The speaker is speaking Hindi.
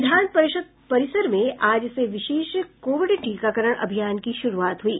विधान परिषद् परिसर में आज से विशेष कोविड टीकाकरण अभियान की शुरूआत हुई